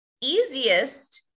easiest